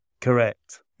Correct